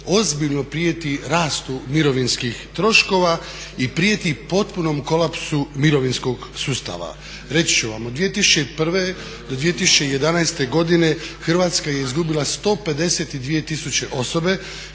ozbiljno prijeti rastu mirovinskih troškova i prijeti potpunom kolapsu mirovinskog sustava. Reći ću vam, od 2001. do 2011. godine Hrvatska je izgubila 152 000 osoba